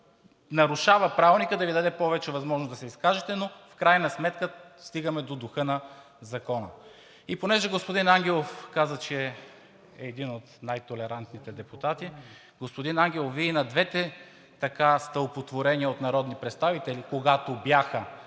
нарушава Правилника, за да Ви даде повече възможност да се изкажете, но в крайна сметка стигаме до духа на закона. И понеже господин Ангелов каза, че е един от най-толерантните депутати, господин Ангелов, Вие и на двете стълпотворения от народни представители, когато бяха